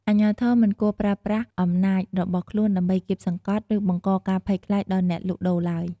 អាជ្ញាធរមិនគួរប្រើប្រាស់អំណាចរបស់ខ្លួនដើម្បីគាបសង្កត់ ឬបង្កការភ័យខ្លាចដល់អ្នកលក់ដូរឡើយ។